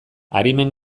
arimen